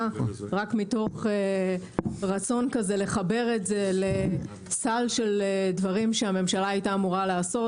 רק מתוך רצון לחבר את זה לסל של דברים שהממשלה הייתה אמורה לעשות.